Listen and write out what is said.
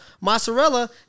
Mozzarella